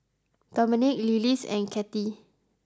Dominick Lillis and Kathey